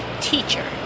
teacher